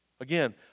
Again